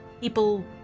people